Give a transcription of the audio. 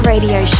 Radio